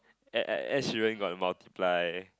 Ed Ed Ed-Sheeran got the multiply